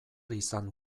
izan